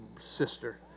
sister